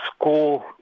school